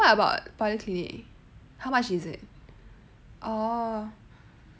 then what about polyclinic how much is it